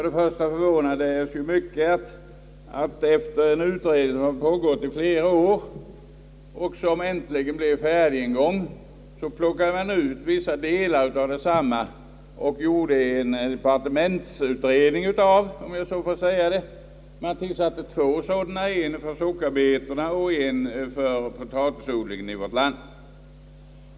Det förvånade oss mycket att han, sedan en utredning pågått under flera år och äntligen blivit färdig, plockade ut vissa delar och gjorde dem till föremål för vad man kan kalla departementsutredningar. Man tillsatte två sådana utredningar, en beträffande sockerbetorna och en beträffande potatisodlingen.